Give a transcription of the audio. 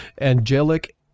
Angelic